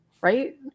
right